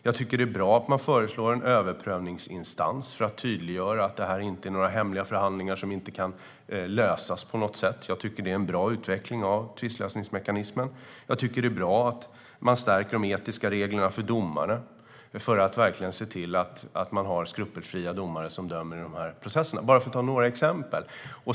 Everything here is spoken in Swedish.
Jag tycker att det är bra att man föreslår en överprövningsinstans för att tydliggöra att det inte är några hemliga förhandlingar som inte kan lösas på något sätt. Det är en bra utveckling av tvistlösningsmekanismen. Jag tycker att det är bra att man stärker de etiska reglerna för domare för att se till att man har skrupulösa domare som dömer i processerna. Det var några exempel.